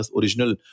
original